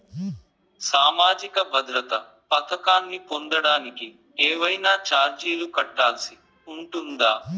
సామాజిక భద్రత పథకాన్ని పొందడానికి ఏవైనా చార్జీలు కట్టాల్సి ఉంటుందా?